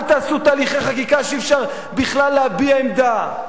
אל תעשו תהליכי חקיקה שבכלל אי-אפשר להביע עמדה.